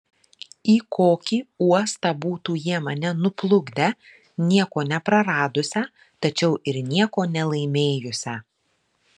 į kokį uostą būtų jie mane nuplukdę nieko nepraradusią tačiau ir nieko nelaimėjusią